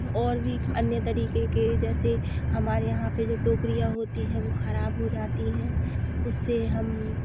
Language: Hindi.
और भी अन्य तरीके के जैसे हमारे यहाँ पे जो टोकरियाँ होती हैं वो खराब हो जाती हैं उससे हम